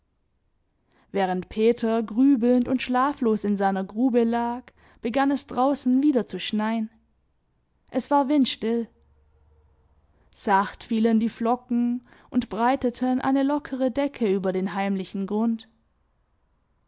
während peter grübelnd und schlaflos in seiner grube lag begann es draußen wieder zu schneien es war windstill sacht fielen die flocken und breiteten eine lockere decke über den heimlichen grund